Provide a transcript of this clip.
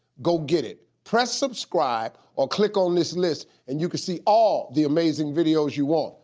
go get it. press subscribe or click on this list and you can see all the amazing videos you want.